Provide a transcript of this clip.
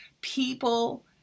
people